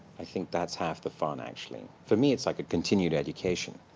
i think that's half the fun, actually. for me it's like a continued education,